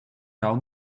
down